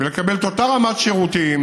ולקבל את אותה רמת שירותים.